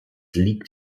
liegt